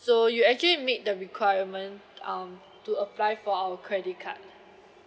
so you actually meet the requirement um to apply for our credit card